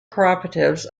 cooperatives